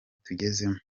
tugezemo